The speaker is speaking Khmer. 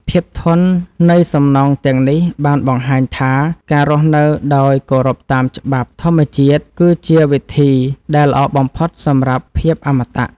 ភាពធន់នៃសំណង់ទាំងនេះបានបង្ហាញថាការរស់នៅដោយគោរពតាមច្បាប់ធម្មជាតិគឺជាវិធីដែលល្អបំផុតសម្រាប់ភាពអមតៈ។